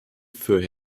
für